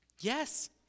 Yes